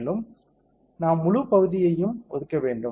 மேலும் நாம் முழு பகுதியையும் ஒதுக்க வேண்டும்